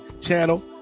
channel